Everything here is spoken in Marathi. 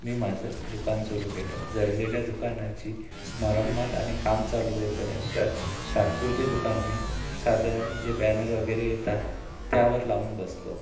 मी माझं दुकान सुरू केलं जळलेल्या दुकानाची मरम्मत आणि काम चालू होईपर्यंत तात्पुरते दुकान मी साध्या जे बॅनर वगैरे येतात त्यावर लावून बसलो